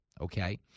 okay